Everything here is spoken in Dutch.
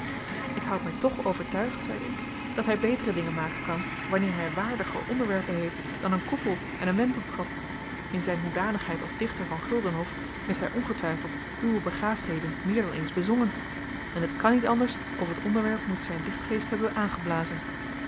ik houd mij toch overtuigd zeide ik dat hij betere dingen maken kan wanneer hij waardiger onderwerpen heeft dan een koepel en een wenteltrap in zijn hoedanigheid als dichter van guldenhof heeft hij ongetwijfeld uwe begaafdheden meer dan eens bezongen en het kan niet anders of het onderwerp moet zijn dichtgeest hebben